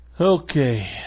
okay